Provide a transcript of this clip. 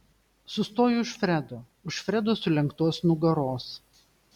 sustoju už fredo už fredo sulenktos nugaros